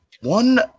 one